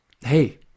hey